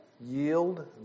yield